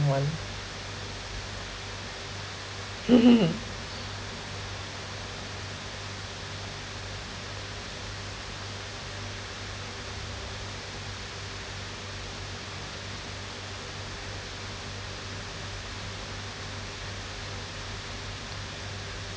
one